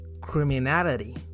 criminality